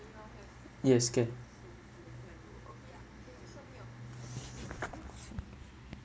yes can